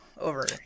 over